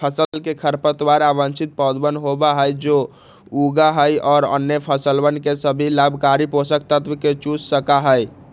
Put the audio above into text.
फसल के खरपतवार अवांछित पौधवन होबा हई जो उगा हई और अन्य फसलवन के सभी लाभकारी पोषक तत्व के चूस सका हई